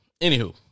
Anywho